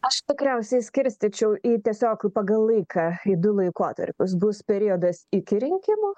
aš tikriausiai skirstyčiau į tiesiog pagal laiką į du laikotarpius bus periodas iki rinkimų